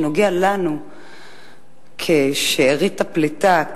שנוגע לנו כשארית הפליטה,